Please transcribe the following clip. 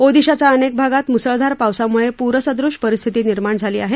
ओदिशाच्या अनेक भागांत मुसळधार पावसामुळे पूरसदृश परिस्थिती निर्माण झाली आहे